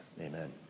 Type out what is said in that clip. Amen